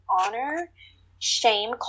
honor-shame